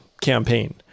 campaign